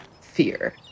fear